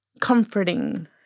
comforting